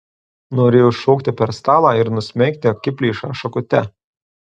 norėjo šokti per stalą ir nusmeigti akiplėšą šakute